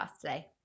today